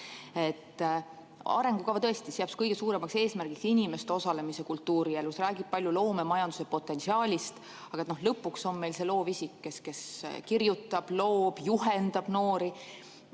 Arengukava tõesti seab kõige suuremaks eesmärgiks inimeste osalemise kultuurielus, räägib palju loomemajanduse potentsiaalist, aga lõpuks on meil see loovisik, kes kirjutab, loob, juhendab noori.